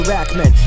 Rackman